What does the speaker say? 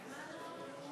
לא,